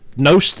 No